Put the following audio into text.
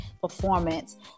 performance